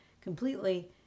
completely